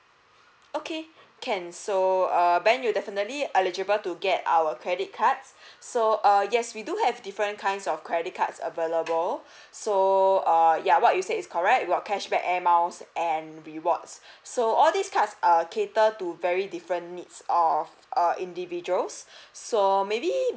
okay can so err ben you definitely eligible to get our credit cards so err yes we do have different kinds of credit cards available so err ya what you say is correct about cashback amounts and rewards so all these cards err cater to very different needs of err individuals so maybe